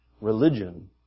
religion